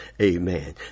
Amen